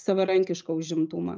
savarankišką užimtumą